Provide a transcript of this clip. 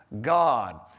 God